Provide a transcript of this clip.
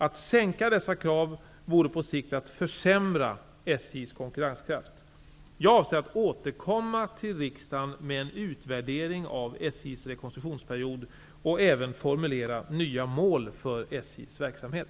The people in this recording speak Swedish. Att sänka dessa krav vore på sikt att försämra SJ:s konkurrenskraft. Jag avser att återkomma till riksdagen med en utvärdering av SJ:s rekonstruktionsperiod och även formulera nya mål för SJ:s verksamhet.